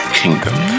kingdom